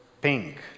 pink